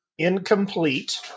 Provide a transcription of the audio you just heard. incomplete